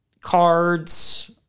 cards